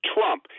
Trump